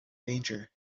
danger